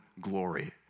glory